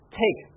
take